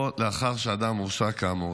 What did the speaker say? או לאחר שאדם הורשע כאמור.